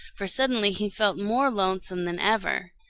for suddenly he felt more lonesome than ever.